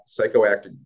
psychoactive